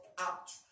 Out